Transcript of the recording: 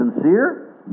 sincere